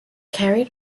carried